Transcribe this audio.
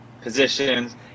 positions